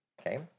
okay